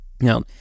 Now